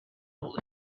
would